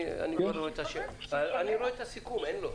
אני כבר רואה את הסיכום, אין לו.